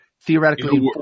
theoretically